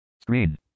Screen